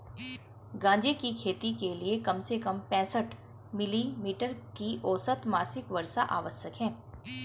गांजे की खेती के लिए कम से कम पैंसठ मिली मीटर की औसत मासिक वर्षा आवश्यक है